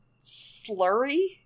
slurry